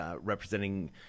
representing